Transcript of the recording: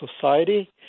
society